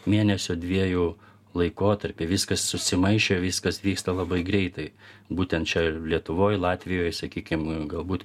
mėnesio dviejų laikotarpy viskas susimaišė viskas vyksta labai greitai būtent čia lietuvoj latvijoj sakykim galbūt